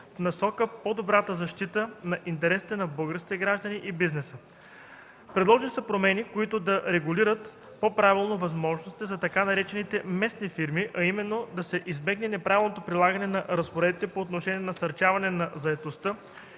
насока по-добрата защита на интересите на българските граждани и бизнеса. Предложени са промени, които да регулират по-правилно възможностите за така наречените „местни фирми“, а именно да се избегне неправилното прилагане на разпоредбите по отношение насърчаване на заетостта